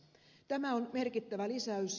tämä on merkittävä lisäys